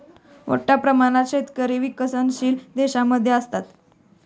मोठ्या प्रमाणात शेतकरी विकसनशील देशांमध्ये असतात